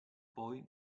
poi